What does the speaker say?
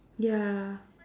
ya